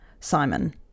Simon